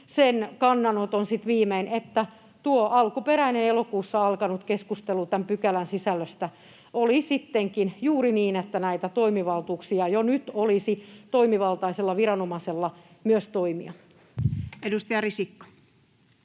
sen kannanoton sitten viimein, että tuo alkuperäinen, elokuussa alkanut keskustelu tämän pykälän sisällöstä oli sittenkin juuri niin, että myös näitä toimivaltuuksia jo nyt olisi toimivaltaisella viranomaisella toimia. [Speech 327]